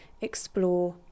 explore